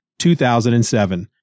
2007